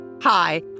Hi